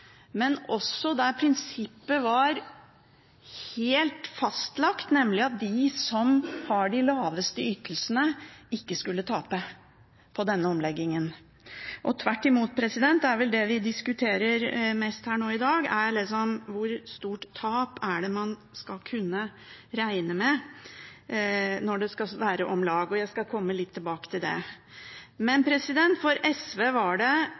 men også med et helt fastlagt prinsipp, nemlig at de som har de laveste ytelsene, ikke skulle tape på denne omleggingen, tvert imot. Det vi vel diskuterer mest nå i dag, er hvor stort tap man skal kunne regne med når det skal være «om lag». Jeg skal komme litt tilbake til det. For SV var det